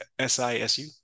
sisu